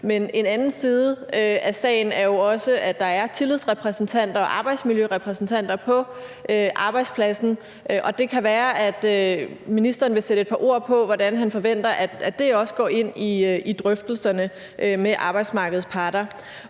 Men en anden side af sagen er jo også, at der er tillidsrepræsentanter og arbejdsmiljørepræsentanter på arbejdspladsen, og det kan være, at ministeren vil sætte et par ord på, hvordan han forventer at det også går ind i drøftelserne med arbejdsmarkedets parter.